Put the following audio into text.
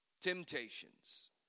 temptations